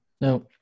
Now